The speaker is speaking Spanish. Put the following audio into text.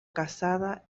casada